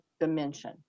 dimension